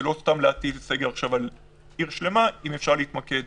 לא סתם להטיל סגר עכשיו על עיר שלמה אם אפשר להתמקד